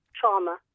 trauma